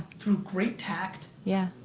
through great tact, yeah